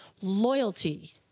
loyalty